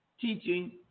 teaching